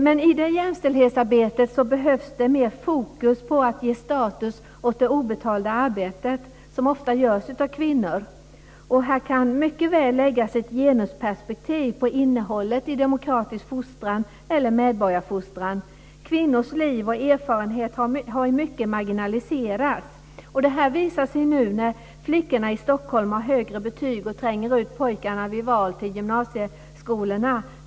Men i det jämställdhetsarbetet behövs det mer fokus på att ge status åt det obetalda arbetet, som ofta utförs av kvinnor. Här kan mycket väl läggas ett genusperspektiv på innehållet i demokratisk fostran eller medborgarfostran. Kvinnors liv och erfarenhet har i mycket marginaliserats. Det här visar sig nu när flickorna i Stockholm har högre betyg och tränger ut pojkarna vid valet till gymnasieskolorna.